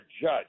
judge